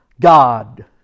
God